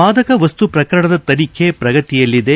ಮಾದಕ ವಸ್ತು ಶ್ರಕರಣದ ತನಿಖೆ ಶ್ರಗತಿಯಲ್ಲಿದೆ